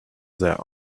their